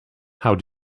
how